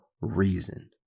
reason